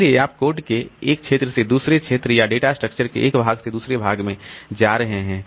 इसलिए आप कोड के एक क्षेत्र से दूसरे क्षेत्र या डेटा स्ट्रक्चर के एक भाग से दूसरे भाग में जा रहे हैं